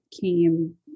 came